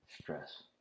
stress